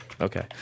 Okay